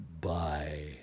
bye